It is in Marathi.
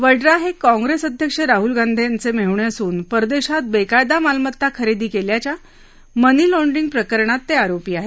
वड्रा हे काँप्रेस अध्यक्ष राहुल गांधी यांचे मेहुणे असून परदेशात बेकायदा मालमत्ता खरेदी केल्याच्या मनी लाँड्रिग प्रकरणात वड्रा आरोपी आहेत